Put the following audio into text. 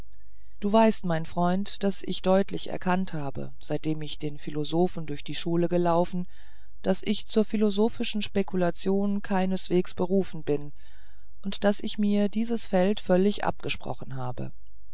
du weißt mein freund daß ich deutlich erkannt habe seitdem ich den philosophen durch die schule gelaufen daß ich zur philosophischen spekulation keineswegs berufen bin und daß ich mir dieses feld völlig abgesprochen habe